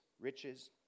riches